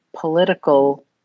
political